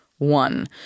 one